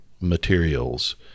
materials